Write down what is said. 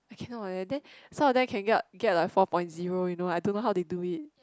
I cannot eh then some of them can get get like four point zero you know I don't know how they do it